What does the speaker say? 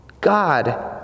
God